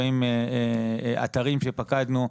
70 אתרים שפקדנו,